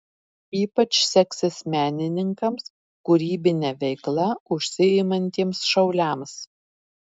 ypač seksis menininkams kūrybine veikla užsiimantiems šauliams